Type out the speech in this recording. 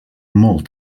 molt